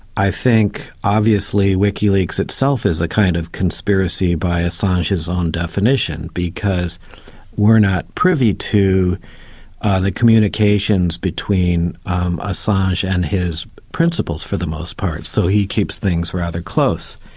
i think obviously wikileaks itself is a kind of conspiracy by assange's own definition, because we're not privy to the communications between assange and his principals for the most part, so he keeps things rather close.